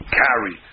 carry